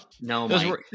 No